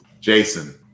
Jason